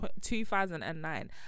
2009